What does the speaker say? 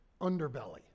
underbelly